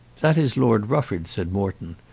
that is lord rufford, said morton,